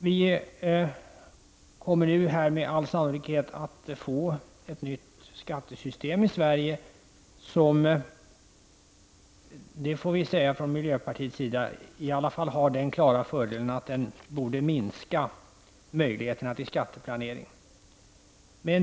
Vi kommer nu med all sannolikhet att få ett nytt skattesystem i Sverige, som vi från miljöpartiet får säga i alla fall har den klara fördelen att det borde minska möjligheterna till skatteplanering.